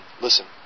listen